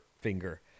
finger